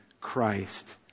Christ